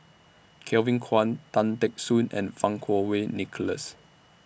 Kevin Kwan Tan Teck Soon and Fang Kuo Wei Nicholas